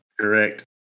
Correct